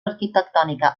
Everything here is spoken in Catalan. arquitectònica